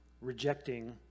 rejecting